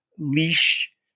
leash